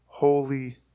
Holy